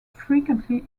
frequently